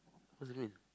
what's the name